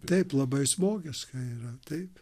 taip labai zmogiska yra taip